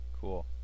Cool